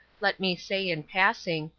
let me say, in passing,